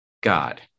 God